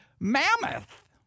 Mammoth